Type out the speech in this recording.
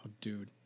dude